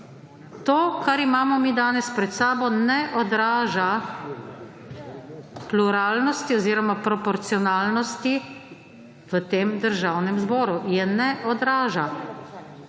To kar imamo mi danes pred sabo ne odraža pluralnosti oziroma proporcionalnosti v tem Državnem zboru. Je ne odraža.